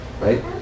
right